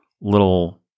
little